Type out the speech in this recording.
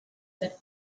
that